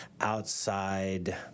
outside